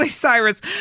Cyrus